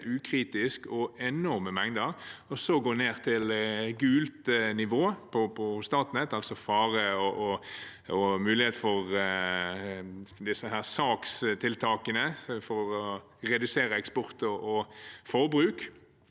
ukritisk og enorme mengder, og så går ned til gult nivå hos Statnett, altså fare, og mulighet for disse sakstiltakene for å redusere eksport og forbruk.